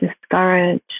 discouraged